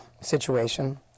situation